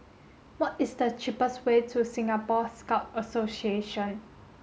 what is the cheapest way to Singapore Scout Association